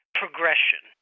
progression